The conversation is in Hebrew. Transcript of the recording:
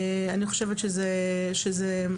אני חושבת שזה מומלץ.